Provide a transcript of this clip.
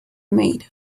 made